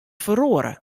feroare